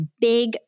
big